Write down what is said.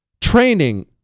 training